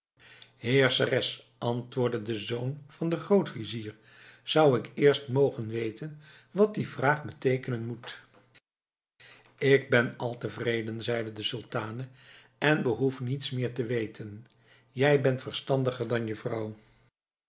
heerscheres antwoordde de zoon van den grootvizier zou ik eerst mogen weten wat die vraag beteekenen moet ik ben al tevreden zeide de sultane en behoef niets meer te weten jij bent verstandiger dan je vrouw